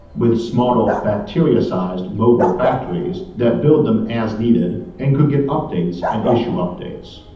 with smarter bacteria sized mobile factories that built them as needed and could get updates and issue updates.